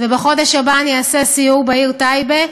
בחודש הבא אני אעשה סיור בעיר טייבה,